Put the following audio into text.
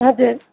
हजुर